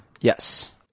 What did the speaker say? Yes